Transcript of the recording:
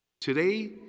Today